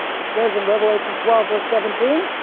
it says in revelation twelve verse seventeen.